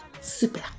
Super